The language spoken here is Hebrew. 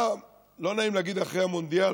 לא נעים להגיד אחרי המונדיאל,